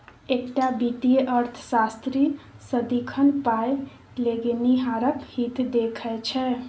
एकटा वित्तीय अर्थशास्त्री सदिखन पाय लगेनिहारक हित देखैत छै